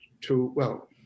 to—well